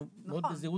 אנחנו מאוד בזהירות.